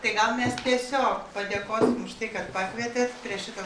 tai gal mes tiesiog padėkosim už tai kad pakvietėt prie šito